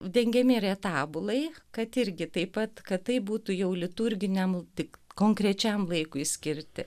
dengiami retabulai kad irgi taip pat kad tai būtų jau liturginiam tik konkrečiam laikui skirti